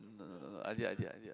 no no no no